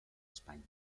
espanya